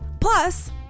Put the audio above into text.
Plus